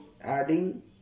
adding